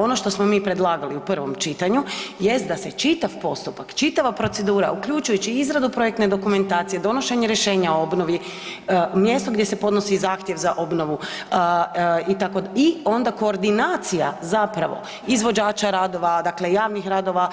Ono što smo mi predlagali u prvom čitanju jest da se čitav postupak, čitava procedura, uključujući izradu projektne dokumentacije, donošenje rješenja o obnovi, mjesta gdje se podnosi zahtjev za obnovu, itd. i onda koordinacija zapravo izvođača radova, dakle, javnih radova,